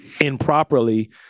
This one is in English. improperly